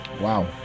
Wow